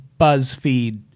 BuzzFeed